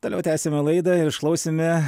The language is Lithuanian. toliau tęsiama laida ir išklausėme